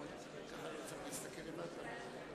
אנחנו ממשיכים להצביע בהרמת יד.